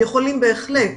יכולים בהחלט